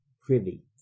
privy